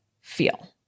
feel